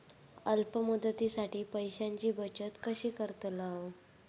अल्प मुदतीसाठी पैशांची बचत कशी करतलव?